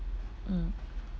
mm